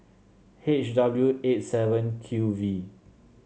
H W eight seven Q V